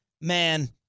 man